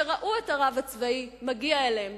שראו את הרב הצבאי מגיע אליהם,